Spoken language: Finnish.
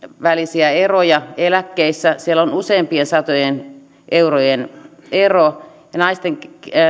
välisiä eroja eläkkeissä siellä on useampien satojen eurojen ero ja naisten